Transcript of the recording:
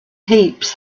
heaps